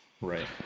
Right